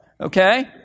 okay